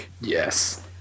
Yes